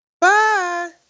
bye